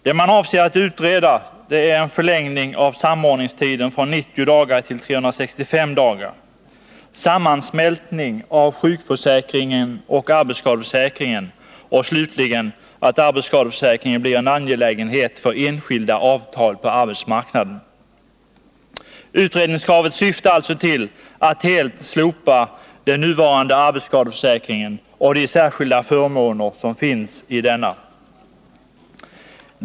Det man avser är att utreda en förlängning av samordningstiden från 90 dagar till 365 dagar, sammansmältning av sjukförsäkringen och 59 arbetsskadeförsäkringen och slutligen att arbetsskadeförsäkringen blir en angelägenhet för enskilda avtal på arbetsmarknaden. Utredningskravet syftar alltså till att helt slopa den nuvarande arbetsskadeförsäkringen och de särskilda förmåner som finns i denna.